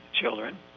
children